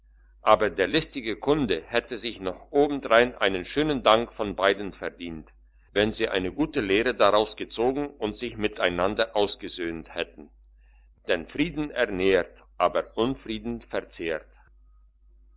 aber der listige kunde hätte sich noch obendrein einen schönen dank von beiden verdient wenn sie eine gute lehre daraus gezogen und sich miteinander ausgesöhnt hätten denn frieden ernährt aber unfrieden verzehrt